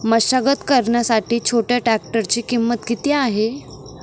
मशागत करण्यासाठी छोट्या ट्रॅक्टरची किंमत किती आहे?